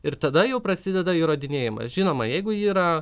ir tada jau prasideda įrodinėjimas žinoma jeigu yra